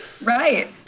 Right